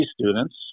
students